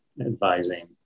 advising